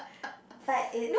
but it